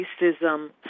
racism